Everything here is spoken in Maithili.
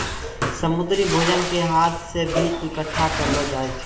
समुन्द्री भोजन के हाथ से भी इकट्ठा करलो जाय छै